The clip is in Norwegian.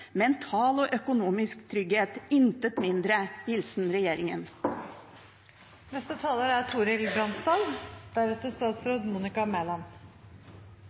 mental og økonomisk trygghet. Intet mindre. Hilsen regjeringen. Jeg tror at alle er